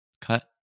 cut